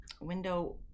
window